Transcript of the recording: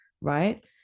right